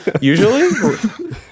Usually